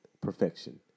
perfection